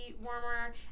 warmer